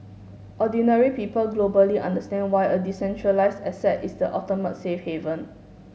ordinary people globally understand why a decentralised asset is the ultimate safe haven